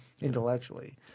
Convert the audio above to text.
intellectually